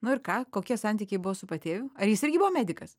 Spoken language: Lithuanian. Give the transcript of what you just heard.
nu ir ką kokie santykiai buvo su patėviu ar jis irgi buvo medikas